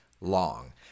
long